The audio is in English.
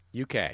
UK